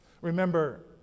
Remember